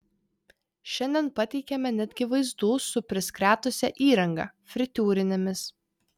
šiandien pateikėme netgi vaizdų su priskretusia įranga fritiūrinėmis